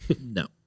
No